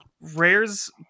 rare's